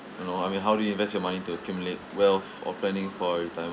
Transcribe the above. no I mean how do you invest your money to accumulate wealth or planning for retirement